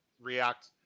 react